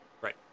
Right